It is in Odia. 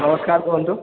ନମସ୍କାର କୁହନ୍ତୁ